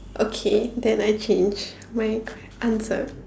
okay then I change my answer